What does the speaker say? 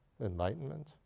enlightenment